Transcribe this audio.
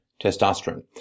testosterone